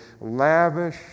lavish